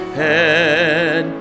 head